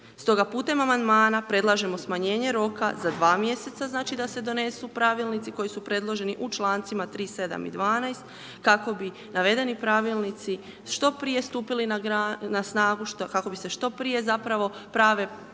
Stoga putem amandmana predlažemo smanjenje roka za 2 mjesece znači da se donesu pravilnici koji su predloženi u čl. 3., 7. i 12. kako bi navedeni pravilnici što prije stupili na snagu kako bi se što prije zapravo prave promjene